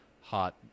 hot